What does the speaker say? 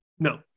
No